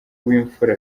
w’imfura